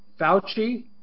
Fauci